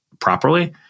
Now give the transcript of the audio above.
properly